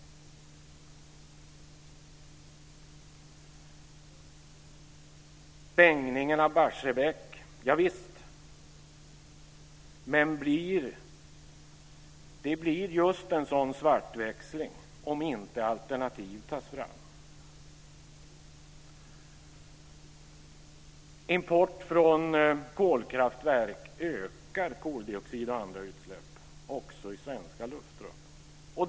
Stängningen av Barsebäck - ja visst, men det blir just en sådan svartväxling om inte alternativ tas fram. Import från kolkraftverk ökar koldioxidutsläpp och andra utsläpp också i svenska luftrum.